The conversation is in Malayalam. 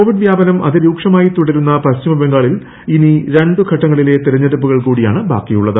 കോവിഡ് വ്യാപനം അതിരൂക്ഷമായി തുടരുന്ന പശ്ചിമബംഗാളിൽ ഇനി രണ്ട് ഘട്ടങ്ങളിലെ തെരഞ്ഞെടുപ്പുകൾ കൂടിയാണ് ബാക്കിയുള്ളത്